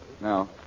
Now